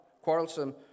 quarrelsome